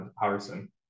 Harrison